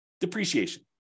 depreciation